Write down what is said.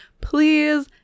Please